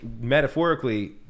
metaphorically